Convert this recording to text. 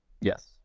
Yes